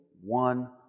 one